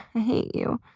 hate you.